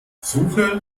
suche